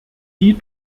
die